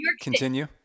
Continue